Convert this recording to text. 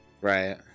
Right